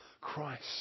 Christ